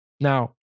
Now